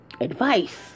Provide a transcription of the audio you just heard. advice